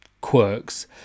quirks